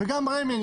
גם רמ"י,